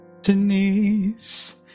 Denise